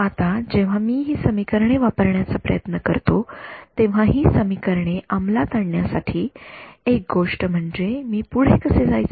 आता जेव्हा मी ही समीकरणे वापरण्याचा प्रयत्न करतो तेव्हा ही समीकरणे अंमलात आणण्यासाठी एक गोष्ट म्हणजे मी पुढे कसे जायचे